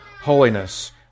holiness